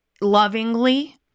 lovingly